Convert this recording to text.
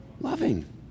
loving